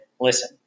listen